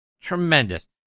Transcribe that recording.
tremendous